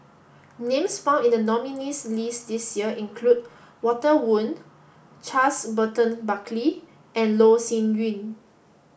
names found in the nominees' list this year include Walter Woon Charles Burton Buckley and Loh Sin Yun